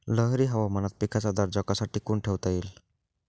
लहरी हवामानात पिकाचा दर्जा कसा टिकवून ठेवता येईल?